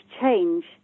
change